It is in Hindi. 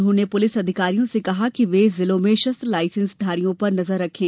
उन्होंने पुलिस अधिकारियों से कहा कि वे जिलों में सस्त्र लायसेंस धारियों पर नजर रखें